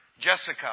Jessica